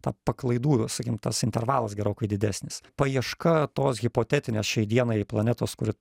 ta paklaidų sakykim tas intervalas gerokai didesnis paieška tos hipotetinės šiai dienai planetos kuri